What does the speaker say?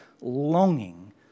longing